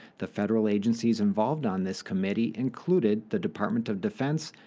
the federal agencies involved on this committee included the department of defense,